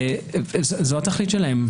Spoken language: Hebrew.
זו תכליתן.